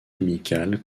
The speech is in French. amical